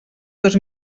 dos